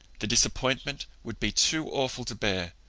the disappointment would be too awful to bear.